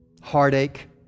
heartache